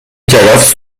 کرفس